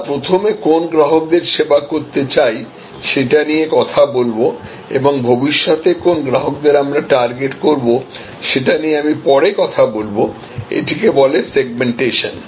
আমরা প্রথমে কোন গ্রাহকদের সেবা করতে চাই সেটা নিয়ে কথা বলব এবং ভবিষ্যতে কোন গ্রাহকদের আমরা টার্গেট করব সেটা নিয়ে আমি পরে কথা বলব এটিকে বলে সেগমেন্টেশন